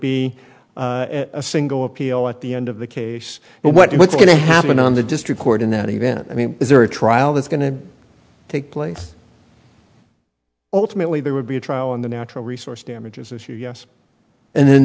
be a single appeal at the end of the case but what's going to happen on the district court in that event i mean is there a trial that's going to take place ultimately there would be a trial in the natural resource damages issue yes and then